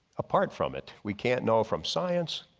apart from it. we can't know from science,